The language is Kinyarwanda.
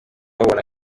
babona